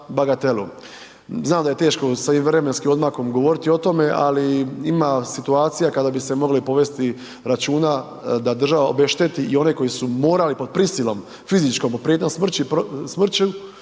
Znam da je teško sa vremenskim odmakom govoriti o tome, ali ima situacija kada bi se moglo i povesti računa da država obešteti i one koji su morali pod prisilom fizičkom pod prijetnjom smrću